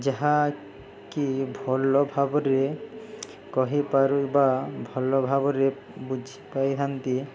ଯାହା କିି ଭଲ ଭାବରେ କହିପାରୁ ବା ଭଲ ଭାବରେ ବୁଝିପାରିଥାନ୍ତି